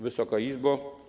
Wysoka Izbo!